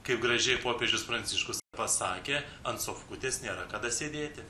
kaip gražiai popiežius pranciškus pasakė ant sofkutės nėra kada sėdėti